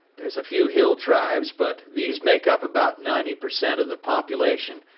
there's a few hill tribes but these make up about ninety percent of the population,